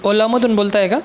कोल्हामधून बोलत आहे का